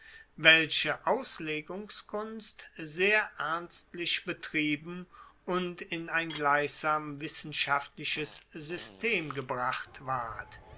welche auslegungskunst sehr ernstlich betrieben und in ein gleichsam wissenschaftliches system gebracht ward